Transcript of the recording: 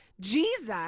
Jesus